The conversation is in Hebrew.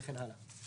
וכן הלאה.